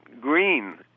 green